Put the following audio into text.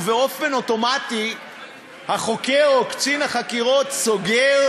ובאופן אוטומטי החוקר או קצין החקירות סוגר